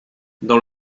dans